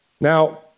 Now